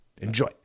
Enjoy